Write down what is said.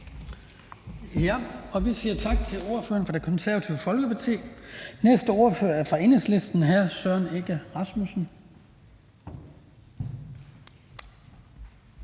Vi siger tak til ordføreren for Det Konservative Folkeparti. Næste ordfører er hr. Søren Egge Rasmussen